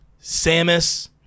Samus